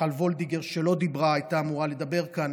למיכל וולדיגר, שלא דיברה, הייתה אמורה לדבר כאן,